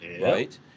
right